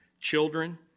children